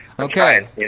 Okay